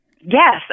Yes